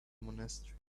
monastery